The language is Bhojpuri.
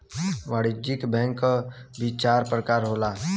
वाणिज्यिक बैंक क भी चार परकार होला